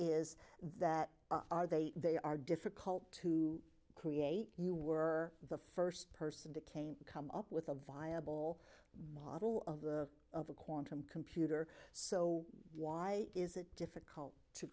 is that are they they are difficult to create you were the first person that came come up with a viable model of the of a quantum computer so why is it difficult to